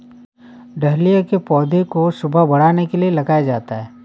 dahlia के पौधे को शोभा बढ़ाने के लिए लगाया जाता है